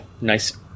nice